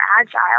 agile